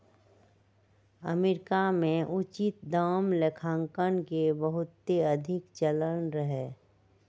America में उचित दाम लेखांकन के बहुते अधिक चलन रहै